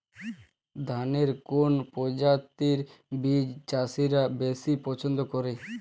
ধানের কোন প্রজাতির বীজ চাষীরা বেশি পচ্ছন্দ করে?